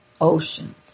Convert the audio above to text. Ocean